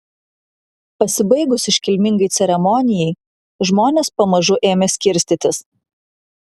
pasibaigus iškilmingai ceremonijai žmonės pamažu ėmė skirstytis